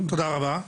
תודה רבה.